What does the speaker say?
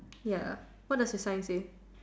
ya what does the sign say